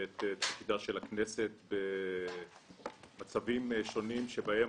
את תפקידה של הכנסת במצבים שונים בהם